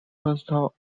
pastel